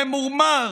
ממורמר,